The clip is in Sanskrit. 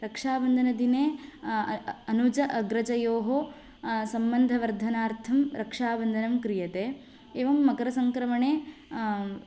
रक्षाबन्धनदिने अनुज अग्रजयोः सम्बन्धवर्धनार्थं रक्षाबन्धनं क्रियते एवं मकरसङ्क्रमणे